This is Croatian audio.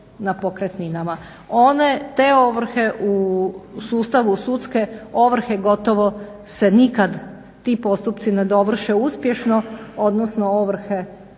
na pokretninama. Te ovrhe u sustavu sudske ovrhe gotovo se nikad ti postupci ne dovrše uspješno, odnosno ovrhe vrlo